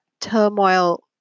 turmoil